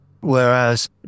Whereas